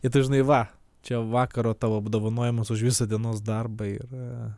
ir tai žinai va čia vakaro tavo apdovanojimas už visą dienos darbą ir